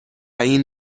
این